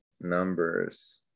numbers